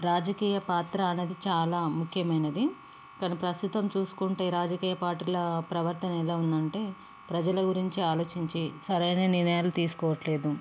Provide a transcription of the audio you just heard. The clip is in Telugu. రాజకీయ పాత్ర అన్నది చాలా ముఖ్యమైనది కానీ ప్రస్తుతం చూసుకుంటే రాజకీయ పార్టీల ప్రవర్తన ఎలా ఉందంటే ప్రజల గురించి ఆలోచించి సరైన నిర్ణయాలు తీసుకోవట్లేదు